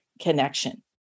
connection